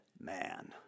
man